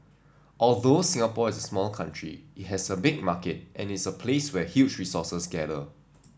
although Singapore is a small country it has a big market and its a place where huge resources gather